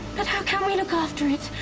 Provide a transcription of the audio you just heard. but how can we look after it,